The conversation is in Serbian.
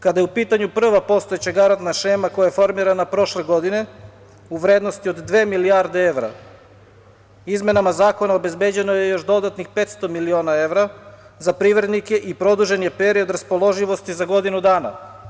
Kada je u pitanju prva postojeća garantna šema koja je formirana prošle godine u vrednosti od dve milijarde evra, izmenama zakona obezbeđeno je još dodatnih 500 miliona evra za privrednike i produžen je period raspoloživosti za godinu dana.